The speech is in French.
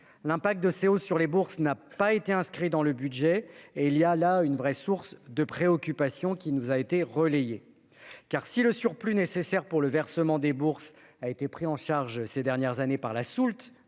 L'impact de ces hausses sur les bourses n'a pas été inscrit dans le budget, et il y a là une vraie source de préoccupation. Car si le surplus nécessaire pour le versement des bourses aux élèves a été pris en charge ces dernières années par la soulte